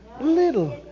Little